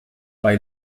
bei